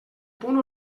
punt